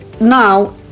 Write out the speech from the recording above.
now